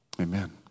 Amen